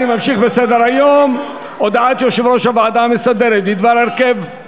אני ממשיך בסדר-היום: הודעת יושב-ראש הוועדה המסדרת בדבר הרכב,